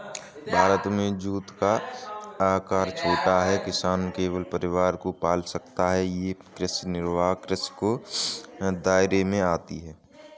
भारत में जोत का आकर छोटा है, किसान केवल परिवार को पाल सकता है ये कृषि निर्वाह कृषि के दायरे में आती है